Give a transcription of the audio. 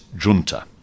Junta